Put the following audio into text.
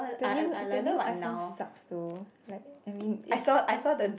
the new the new iPhone sucks though like I mean it